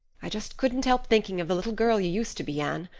i just couldn't help thinking of the little girl you used to be, anne.